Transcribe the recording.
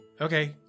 Okay